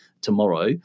tomorrow